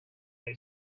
lay